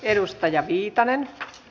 arvoisa puhemies